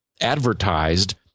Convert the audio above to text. advertised